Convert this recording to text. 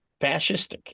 fascistic